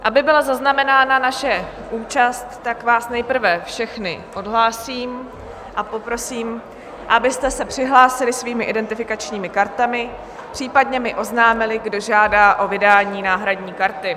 Aby byla zaznamenána naše účast, tak vás nejprve všechny odhlásím a poprosím, abyste se přihlásili svými identifikačními kartami, případně mi oznámili, kdo žádá o vydání náhradní karty.